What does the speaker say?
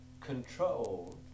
control